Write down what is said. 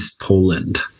Poland